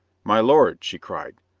my lord, she cried,